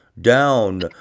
down